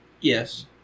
Yes